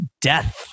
death